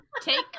Take